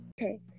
Okay